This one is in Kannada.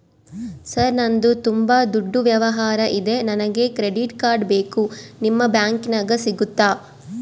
ಸರ್ ನಂದು ತುಂಬಾ ದೊಡ್ಡ ವ್ಯವಹಾರ ಇದೆ ನನಗೆ ಕ್ರೆಡಿಟ್ ಕಾರ್ಡ್ ಬೇಕು ನಿಮ್ಮ ಬ್ಯಾಂಕಿನ್ಯಾಗ ಸಿಗುತ್ತಾ?